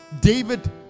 David